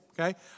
Okay